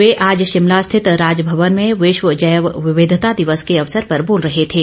वे आज शिमला स्थित राजमवन में विश्व जैव विविधता दिवस के अवसर पर बोल रहे थे